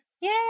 Yay